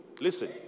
Listen